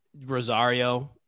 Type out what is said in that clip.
rosario